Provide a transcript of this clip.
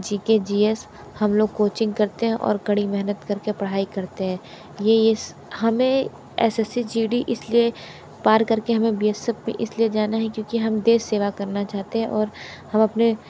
जी के जी एस हम लोग कोचिंग करते हैं और कड़ी मेहनत कर के पढ़ाई करते हैं ये इस हमें S S C G D इस लिए पार कर के हमें बी एस एफ में इस लिए जाना है क्योंकि हम देश सेवा करना चाहते हैं और हम अपने